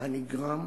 הנגרם